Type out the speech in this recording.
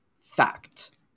fact